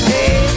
Hey